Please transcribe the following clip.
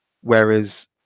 whereas